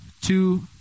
two